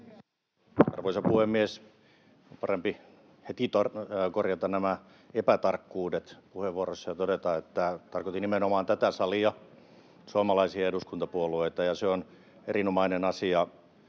Arvoisa puhemies! Parempi heti korjata nämä epätarkkuudet puheenvuorossa ja todeta, että tarkoitin nimenomaan tätä salia, suomalaisia eduskuntapuolueita, ja se on erinomainen asia,